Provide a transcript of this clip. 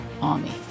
Army